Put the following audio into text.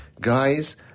guys